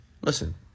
Listen